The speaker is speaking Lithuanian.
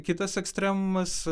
kitas ekstremumas